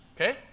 Okay